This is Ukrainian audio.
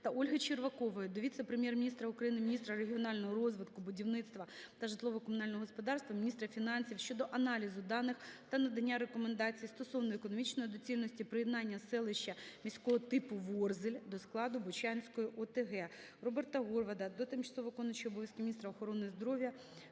Ольги Червакової до віце-прем’єр-міністра України – міністра регіонального розвитку, будівництва та житлово-комунального господарства, міністра фінансів щодо аналізу даних та надання рекомендацій стосовно економічної доцільності приєднання селища міського типу Ворзель до складу Бучанської ОТГ. Роберта Горвата до тимчасово виконуючої обов'язки міністра охорони здоров'я